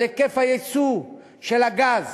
על היקף יצוא הגז.